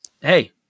hey